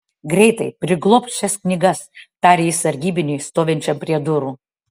greitai priglobk šias knygas tarė jis sargybiniui stovinčiam prie durų